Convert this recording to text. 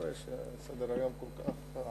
אני לא רואה שסדר-היום כל כך עמוס,